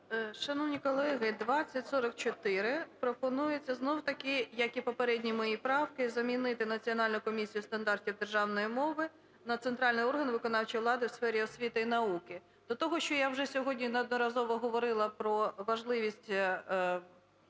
Шановні колеги, 2044. Пропонується знову-таки, як і попередні мої правки, замінити "Національну комісію стандартів державної мови" на "центральний орган виконавчої влади у сфері освіти та науки". До того, що я вже сьогодні неодноразово говорила про важливість